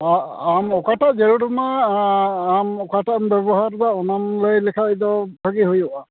ᱚ ᱟᱢ ᱚᱠᱟᱴᱟᱜ ᱡᱟᱹᱨᱩᱲ ᱟᱢᱟ ᱟᱢ ᱚᱠᱟᱴᱟᱜᱼᱮᱢ ᱵᱮᱵᱚᱦᱟᱨᱮᱫᱟ ᱚᱱᱟᱢ ᱞᱟᱹᱭ ᱞᱮᱠᱷᱟᱱ ᱫᱚ ᱵᱷᱟᱹᱜᱤ ᱦᱩᱭᱩᱜᱼᱟ